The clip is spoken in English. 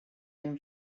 him